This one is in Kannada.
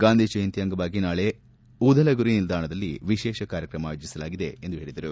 ಗಾಂಧಿಜಯಂತಿ ಅಂಗವಾಗಿ ನಾಳೆ ಉದಲಗುರಿ ನಿಲ್ದಾಣದಲ್ಲಿ ವಿಶೇಷ ಕಾರ್ಯಕ್ರಮ ಆಯೋಜಿಸಲಾಗಿದೆ ಎಂದು ಹೇಳಿದರು